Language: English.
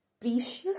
precious